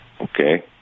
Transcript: Okay